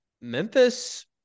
Memphis